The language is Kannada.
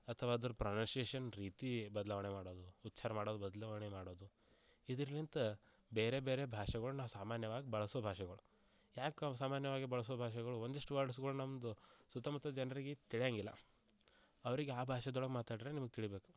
ಅಥ್ವ ಅದರ ಪ್ರೊನೌನ್ಸಿಯೇಶನ್ ರೀತಿ ಬದಲಾವಣೆ ಮಾಡೋದು ಉಚ್ಚಾರ ಮಾಡೋ ಬದಲಾವಣೆ ಮಾಡೋದು ಇದ್ರಲಿಂದ ಬೇರೆ ಬೇರೆ ಭಾಷೆಗಳನ್ನ ನಾವು ಸಾಮಾನ್ಯವಾಗಿ ಬಳಸೋ ಭಾಷೆಗಳು ಯಾಕೆ ಸಾಮಾನ್ಯವಾಗಿ ಬಳಸೋ ಭಾಷೆಗಳು ಒಂದಿಷ್ಟು ವರ್ಡ್ಸ್ಗಳು ನಮ್ದು ಸುತ್ತಮುತ್ತ ಜನರಿಗೆ ತಿಳಿಯೋಂಗಿಲ್ಲ ಅವರಿಗೆ ಆ ಭಾಷೆದೊಳಗೆ ಮಾತಾಡಿದ್ರೆ ನಿಮಗ್ ತಿಳಿಬೇಕು